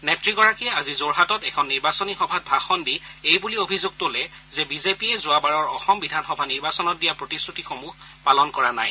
নেত্ৰীগৰাকীয়ে আজি যোৰহাটত এখন নিৰ্বাচনী সভাত ভাষণ দি এই বুলি অভিযোগ তোলে যে বিজেপিয়ে যোৱাবাৰৰ অসম বিধানসভা নিৰ্বাচনত দিয়া প্ৰতিশ্ৰুতিসমূহ পালন কৰা নাই